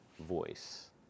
voice